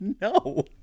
No